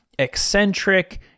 eccentric